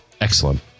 excellent